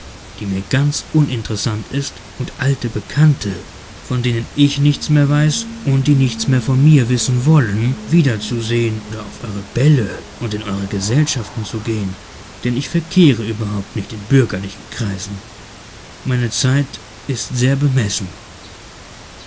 die mir ganz uninteressant ist und alte bekannte von denen ich nichts mehr weiß und die nichts mehr von mir wissen wollen wiederzusehen oder auf eure bälle und in eure gesellschaften zu gehen denn ich verkehre überhaupt nicht in bürgerlichen kreisen meine zeit ist sehr bemessen er